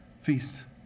feast